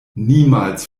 niemals